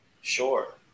Sure